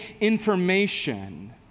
information